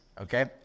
okay